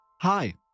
Hi